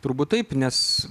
turbūt taip nes